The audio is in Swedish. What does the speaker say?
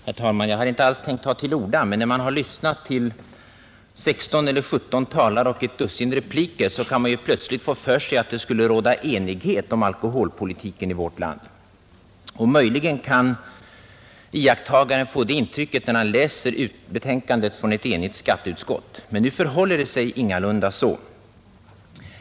Herr talman! Jag hade inte tänkt att ta till orda i denna debatt, men när man har lyssnat till 16 eller 17 talare och ett dussin repliker kan man få för sig att det råder enighet om alkoholpolitiken här i landet. Möjligen kan man få samma intryck vid läsningen av skatteutskottets enhälliga betänkande. Så förhåller det sig dock inte.